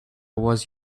was